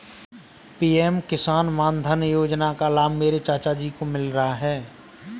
PM Kisan Maandhan Yojana का लाभ मेरे चाचा जी को मिल रहा है